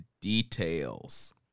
details